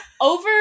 over